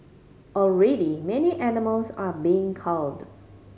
already many animals are being culled